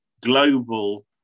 global